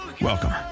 Welcome